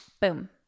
boom